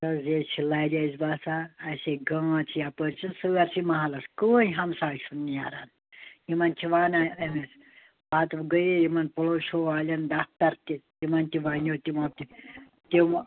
تَہ حظ یہِ حظ چھُ لَرِ اسہِ بَسان اسیٚے گانٛد چھِ یَپٲر چھِ سٲرسٕے مَحلَس کٕہٲنۍ ہَمساے چھُنہٕ نیران یمن چھ وَنان أمس پتہٕ گٔیے یِمَن پوٚلوشَن والیٚن دفتر تہِ تِمن تہِ وَنیٚوو تِمو تہِ تِم